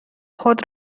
خود